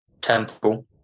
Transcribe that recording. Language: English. Temple